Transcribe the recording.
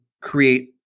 create